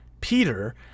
Peter